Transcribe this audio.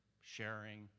sharing